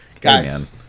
guys